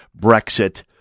Brexit